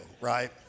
right